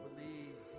Believe